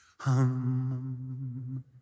hum